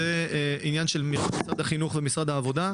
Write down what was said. זה עניין של משרד החינוך ומשרד העבודה.